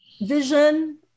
vision